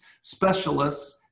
specialists